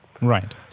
Right